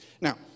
Now